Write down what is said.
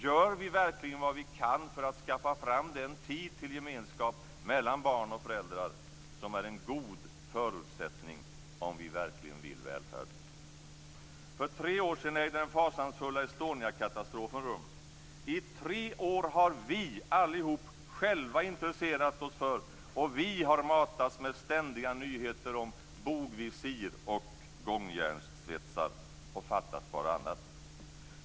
Gör vi verkligen vad vi kan för att skaffa fram den tid till gemenskap mellan barn och föräldrar som är en god förutsättning, om vi verkligen vill ha välfärd? För tre år sedan ägde den fasansfulla Estoniakatastrofen rum. I tre år har vi allihop intresserat oss för detta, och vi har matats med ständiga nyheter om bogvisir och gångjärnssvetsar. Och fattas bara annat!